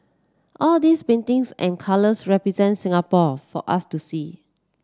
all these paintings and colours represent Singapore for us to see